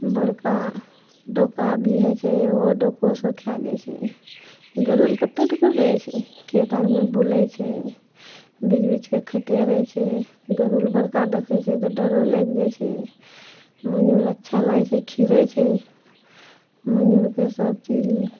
बड़का डोका भी होइ छै ओहो डोको सब खाइ जाइ छै गरुर कत्तौ डुकुर रहै छै खेत आरमे बुलै छै बीछ बीछके खाइते रहै छै गरुर बड़का देखै छै तऽ डरो लागि जाइ छै मयूर अच्छा लागै छै खीरै छै मयूरके सब चीज